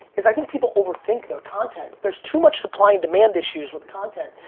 is i think people overthink their content. there's too much supply and demand issues with content.